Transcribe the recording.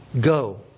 Go